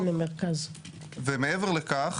ומעבר לכך,